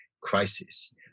crisis